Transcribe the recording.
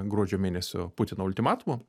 gruodžio mėnesio putino ultimatumo